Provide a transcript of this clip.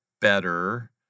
better